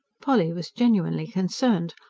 polly was genuinely concerned.